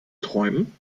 träumen